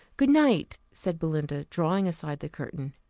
good night! said belinda, drawing aside the curtain,